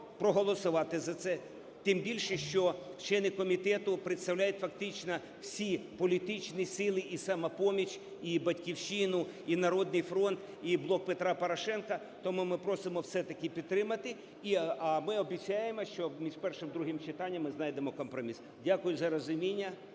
проголосувати за це, тим більше, що члени комітету представляють фактично всі політичні сили – і "Самопоміч", і "Батьківщину", і "Народний фронт", і "Блок Петра Порошенка". Тому ми просимо все-таки підтримати, і ми обіцяємо, що між першим і другим читанням ми знайдемо компроміс. Дякую за розуміння.